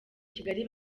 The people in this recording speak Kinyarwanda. kigali